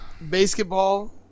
Basketball